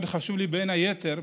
מאוד חשוב לי בין היתר,